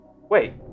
wait